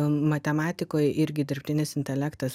matematikoj irgi dirbtinis intelektas